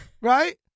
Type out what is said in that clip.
Right